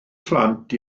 phlant